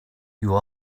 you